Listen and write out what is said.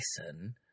listen